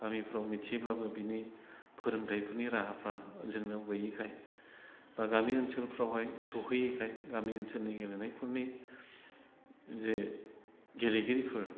गामिफोराव मिन्थियोब्लाबो बिनि फोरोंथायफोरनि राहाफ्रा जोंनाव गैयैखाय बा गामि ओनसोलफ्रावहाय सहैयैखाय गामि ओनसोलनि गेलेनायफोरनि जे गेलेगिरिफोर